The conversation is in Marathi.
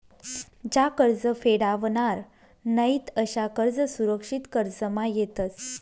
ज्या कर्ज फेडावनार नयीत अशा कर्ज असुरक्षित कर्जमा येतस